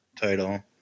title